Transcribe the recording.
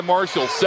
Marshall